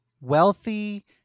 wealthy